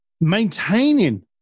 Maintaining